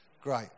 Great